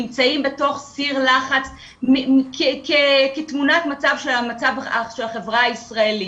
נמצאים בתוך סיר לחץ כתמונת מצב של החברה הישראלית.